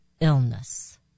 illness